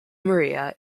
maria